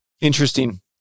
Interesting